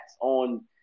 on